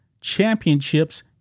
championships